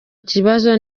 kibazo